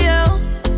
else